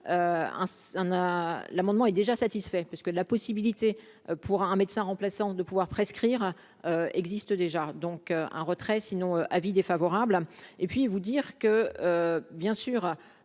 l'amendement est déjà satisfait parce que la possibilité pour un médecin remplaçant de pouvoir prescrire existe déjà, donc un retrait sinon avis défavorable et puis vous dire que, bien sûr,